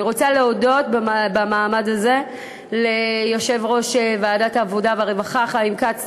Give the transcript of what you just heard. אני רוצה להודות במעמד הזה ליושב-ראש ועדת העבודה והרווחה חיים כץ,